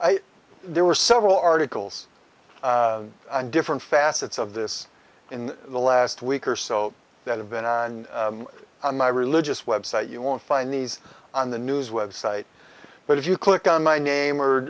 and there were several articles and different facets of this in the last week or so that have been on my religious website you won't find these on the news website but if you click on my name or